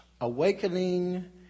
Awakening